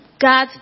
God